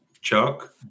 chuck